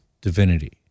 divinity